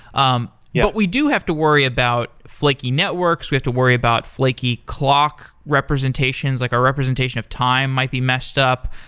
um yeah we do have to worry about flaky networks. we have to worry about flaky clock representations, like a representation of time might be messed up.